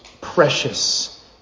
precious